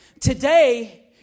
today